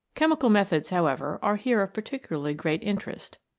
chemical methods, however, are here of particularly great interest.